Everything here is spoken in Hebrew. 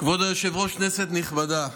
כבוד היושב-ראש, כנסת נכבדה,